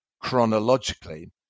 chronologically